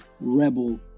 rebel